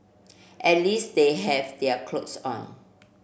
at least they have their clothes on